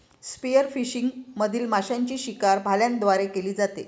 spearfishing मधील माशांची शिकार भाल्यांद्वारे केली जाते